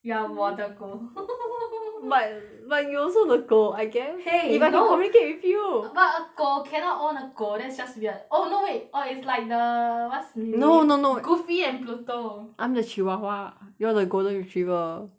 you are 我的狗 but but you also the 狗 I guess !hey! no if I have to communicate with you but a 狗 cannot own a 狗 that's just weird oh no wait err it's like the what's the name no no no goofy and pluto I'm the chihuahua you are the golden retriever